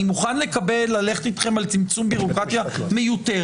אני מוכן ללכת איתכם על צמצום של בירוקרטיה מיותרת,